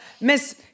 Miss